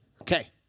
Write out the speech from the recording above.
Okay